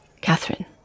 Catherine